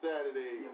Saturday